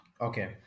Okay